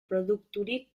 produkturik